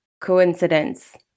coincidence